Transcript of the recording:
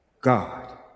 God